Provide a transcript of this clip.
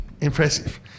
impressive